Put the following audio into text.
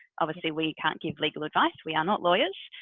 obviously, we can't give legal advice. we are not lawyers,